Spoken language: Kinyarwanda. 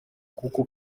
kuko